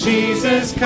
Jesus